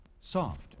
soft